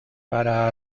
para